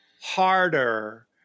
harder